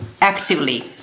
actively